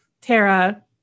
Tara